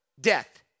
death